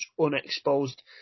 unexposed